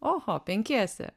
oho penkiese